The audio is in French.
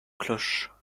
cloches